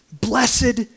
Blessed